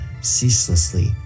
ceaselessly